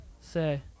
say